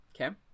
Okay